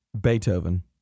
Beethoven